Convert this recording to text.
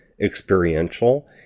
experiential